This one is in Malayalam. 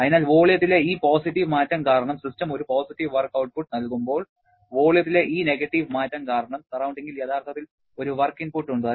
അതിനാൽ വോളിയത്തിലെ ഈ പോസിറ്റീവ് മാറ്റം കാരണം സിസ്റ്റം ഒരു പോസിറ്റീവ് വർക്ക് ഔട്ട്പുട്ട് നൽകുമ്പോൾ വോളിയത്തിലെ ഈ നെഗറ്റീവ് മാറ്റം കാരണം സറൌണ്ടിങ്ങിൽ യഥാർത്ഥത്തിൽ ഒരു വർക്ക് ഇൻപുട്ട് ഉണ്ട്